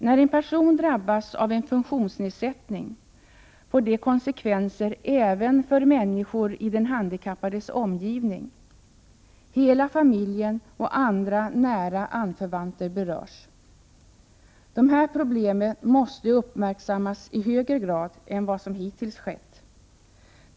När en person drabbas av en funktionsnedsättning får detta konsekvenser även för människor i den handikappades omgivning. Hela familjen och andra nära anförvanter berörs. Dessa problem måste uppmärksammas i högre grad än vad som hittills skett.